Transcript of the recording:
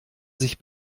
sich